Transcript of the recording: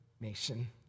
nation